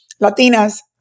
Latinas